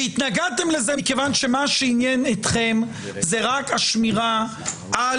התנגדתם לזה מכיוון שמה שעניין אתכם הוא רק השמירה על